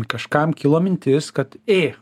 kažkam kilo mintis kad ė